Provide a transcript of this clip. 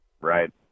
Right